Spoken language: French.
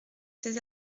ces